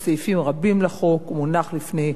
הוא מונח לפני חברי הכנסת.